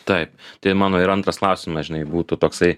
taip tai mano ir antras klausimas žinai būtų toksai